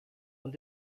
und